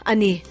Ani